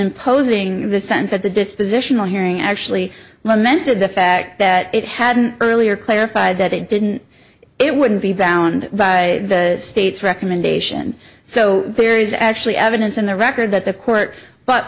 imposing the sense of the dispositional hearing actually lamented the fact that it hadn't earlier clarified that it didn't it wouldn't be bound by the state's recommendation so here is actually evidence in the record that the court but